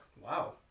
Wow